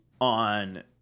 on